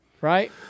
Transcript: Right